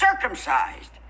circumcised